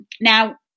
Now